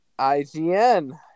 IGN